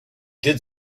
did